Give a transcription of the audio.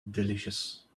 delicious